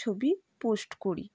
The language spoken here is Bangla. ছবি পোস্ট করি